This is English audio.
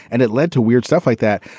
and it led to weird stuff like that.